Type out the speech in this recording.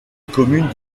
commune